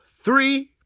three